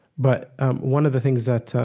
but one of the things that